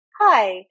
Hi